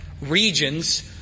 regions